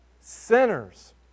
sinners